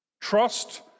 Trust